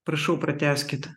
prašau pratęskit